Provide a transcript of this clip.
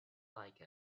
like